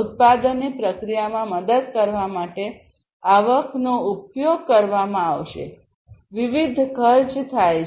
ઉત્પાદનની પ્રક્રિયામાં મદદ કરવા માટે આવકનો ઉપયોગ કરવામાં આવશેવિવિધ ખર્ચ થાય છે